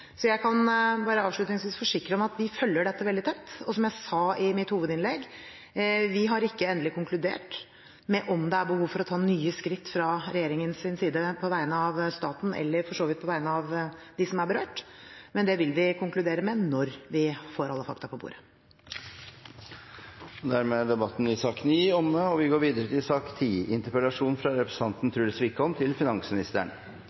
Jeg kan bare avslutningsvis forsikre om at vi følger dette veldig tett, og som jeg sa i mitt hovedinnlegg, har vi ikke endelig konkludert med at det er behov for å ta nye skritt fra regjeringens side på vegne av staten, eller for så vidt på vegne av de berørte, men vi vil konkludere når vi får alle fakta på bordet. Debatten i sak nr. 9 er omme. Mens denne interpellasjonen har ligget til